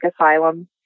asylum